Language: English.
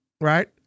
right